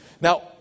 Now